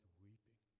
weeping